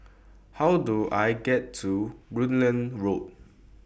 How Do I get to Rutland Road